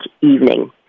evening